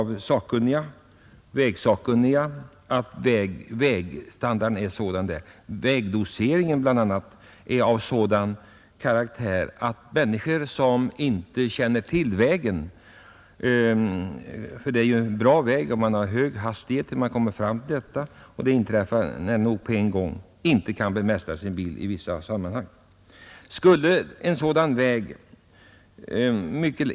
Vägsakkunniga har sagt att vägstandarden och vägdoseringen är av sådan karaktär att människor som inte känner till denna väg inte kan bemästra sin bil i vissa situationer. Det är i övrigt en bra väg, och de flesta håller en hög hastighet när de kommer fram till platsen.